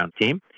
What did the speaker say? team